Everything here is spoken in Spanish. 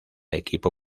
equipo